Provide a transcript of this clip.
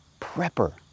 Prepper